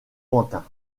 pantin